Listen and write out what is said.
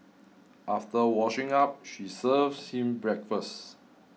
after washing up she serves him breakfast